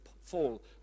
fall